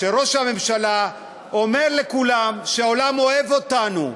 כשראש הממשלה אומר לכולם שהעולם אוהב אותנו,